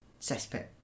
cesspit